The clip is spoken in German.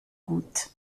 gut